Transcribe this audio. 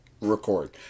record